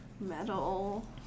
Metal